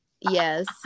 yes